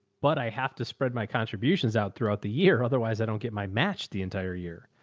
but i have to spread my contributions out throughout the year. otherwise i don't get my match the entire year.